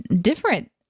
different